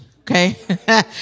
okay